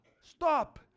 stop